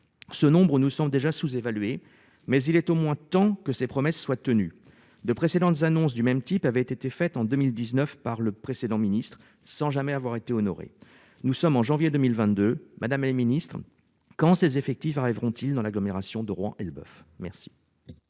ce nombre, nous sommes déjà sous-évalué, mais il est au moins tant que ces promesses soient tenues de précédentes annonces du même type avait été faite en 2019 par le précédent ministre sans jamais avoir été honoré, nous sommes en janvier 2022 madame la Ministre quand ses effectifs arriveront-ils dans l'agglomération de Rouen Elbeuf merci.